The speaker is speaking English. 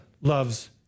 loves